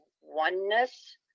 oneness